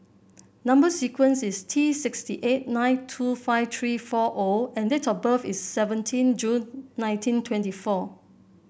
number sequence is T six eight nine two five three four O and date of birth is seventeen June nineteen twenty four